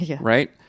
Right